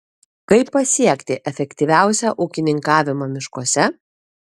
kaip pasiekti efektyviausią ūkininkavimą miškuose